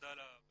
תודה על הוועדה.